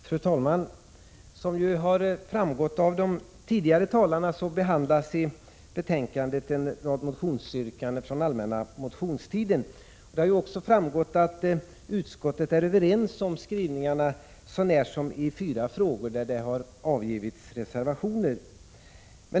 Fru talman! Som framgått av de tidigare talarna behandlas i betänkandet en rad motionsyrkanden från den allmänna motionstiden. Det har också framgått att utskottet är överens om skrivningarna så när som i fyra frågor där det har avgivits reservationer.